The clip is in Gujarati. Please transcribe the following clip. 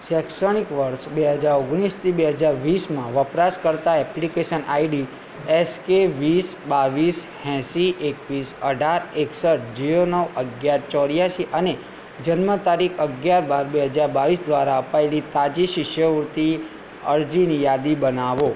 શૈક્ષણિક વર્ષ બે હજાર ઓગણીસથી બે હજાર વીસમાં વપરાશકર્તા application I D S K વીસ બાવીસ એંશી એકવીસ અઢાર એકસઠ જીરો નવ અગિયાર ચોર્યાસી અને જન્મતારીખ અગિયાર બાર બે હજાર બાવીસ દ્વારા અપાયેલી તાજી શિષ્યવૃત્તિ અરજીની યાદી બનાવો